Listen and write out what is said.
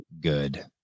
good